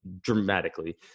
dramatically